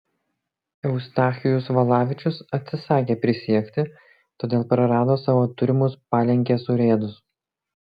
eustachijus valavičius atsisakė prisiekti todėl prarado savo turimus palenkės urėdus